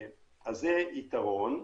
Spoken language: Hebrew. זה יתרון.